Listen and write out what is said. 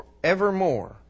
forevermore